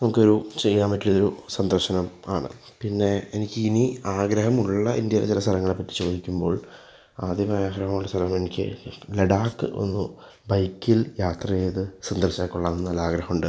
നമുക്ക് ഒരു ചെയ്യാൻ പറ്റിയ ഒരു സന്ദർശനം ആണ് പിന്നെ എനിക്ക് ഇനി ആഗ്രഹമുള്ള ഇന്ത്യയിലെ ചില സ്ഥലങ്ങളെ പറ്റി ചോദിക്കുമ്പോൾ ആദ്യമായി ആഗ്രഹം സ്ഥലങ്ങൾ എനിക്ക് ലഡാക്ക് ഒന്നു ബൈക്കിൽ യാത്ര ചെയ്ത് സന്ദർശിച്ചാൽ കൊള്ളാം എന്ന് നല്ല ആഗ്രഹമുണ്ട്